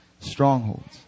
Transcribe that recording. strongholds